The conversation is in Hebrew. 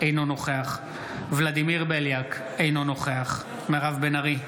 אינו נוכח ולדימיר בליאק, אינו נוכח מירב בן ארי,